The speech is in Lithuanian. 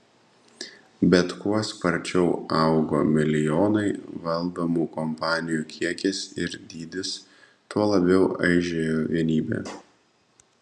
bet kuo sparčiau augo milijonai valdomų kompanijų kiekis ir dydis tuo labiau aižėjo vienybė